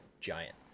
giant